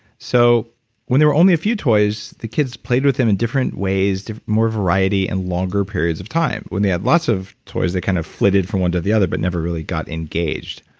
so when there were only a few toys, the kids played with them in different ways more variety and longer periods of time. when they had lots of toys, they kind of flitted from one to the other, but never really got engaged,